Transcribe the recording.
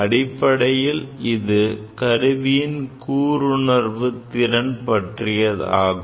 அடிப்படையில் இது கருவியின் கூருணர்வுதிறன் பற்றியதாகும்